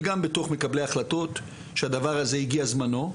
וגם בתוך מקבלי החלטות, שהדבר הזה הגיע זמנו,